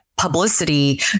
publicity